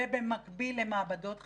ובמקביל למעבדות חדשות.